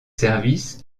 services